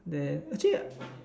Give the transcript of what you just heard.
then actually